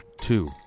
two